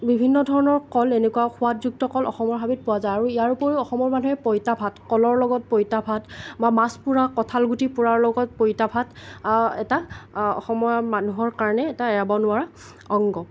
বিভিন্ন ধৰণৰ কল এনেকুৱা সোৱাদযুক্ত কল অসমৰ হাবিত পোৱা যায় আৰু ইয়াৰ উপৰিও অসমৰ মানুহে পইতা ভাত কলৰ লগত পইতাভাত বা মাছ পুৰা কঠাল গুটি পূৰাৰ লগত পইতাভাত এটা অসমৰ মানুহৰ কাৰণে এটা এৰাব নোৱাৰা অংগ